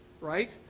right